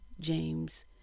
James